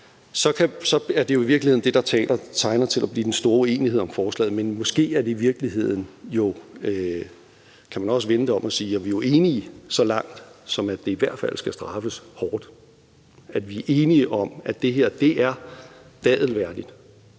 så er det jo i virkeligheden det, der tegner til at blive den store uenighed om forslaget. Men måske kan man i virkeligheden også vende det om og sige, at vi jo er enige så langt, at det i hvert fald skal straffes hårdt, at vi er enige om, at det her er dadelværdigt,